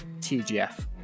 TGF